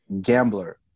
gambler